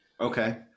Okay